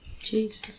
Jesus